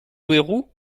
houerou